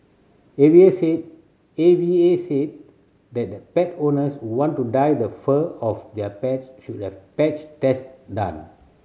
A V A said A V A said that the pet owners who want to dye the fur of their pets should have patch test done